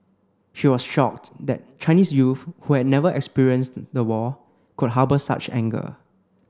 she was shocked that Chinese youth who had never experienced the war could harbour such anger